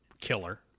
killer